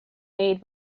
made